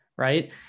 right